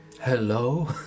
Hello